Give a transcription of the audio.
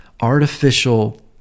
artificial